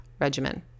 regimen